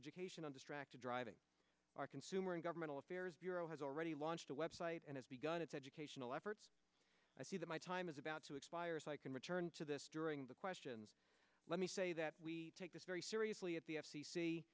education on distracted driving our consumer and governmental affairs bureau has already launched a website and has begun its educational efforts i see that my time is about to expire so i can return to this during the questions let me say that we take this very seriously at the f